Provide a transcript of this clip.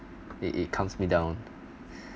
it it calms me down